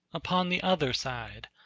upon the other side,